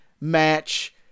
match